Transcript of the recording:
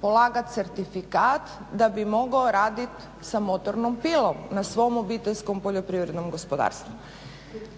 polagati certifikat da bi mogao raditi sa motornom pilom na svom obiteljskom poljoprivrednom gospodarstvu.